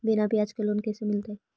बिना ब्याज के लोन कैसे मिलतै?